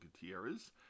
Gutierrez